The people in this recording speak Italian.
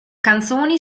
canzoni